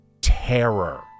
terror